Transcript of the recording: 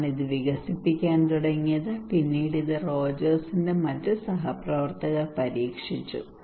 Rogers ആണ് ഇത് വികസിപ്പിക്കാൻ തുടങ്ങിയത് പിന്നീട് ഇത് റോജേഴ്സിന്റെ മറ്റ് സഹപ്രവർത്തകർ പരിഷ്ക്കരിച്ചു